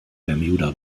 bermuda